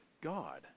God